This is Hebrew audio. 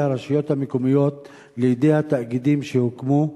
הרשויות המקומיות לידי התאגידים שהוקמו.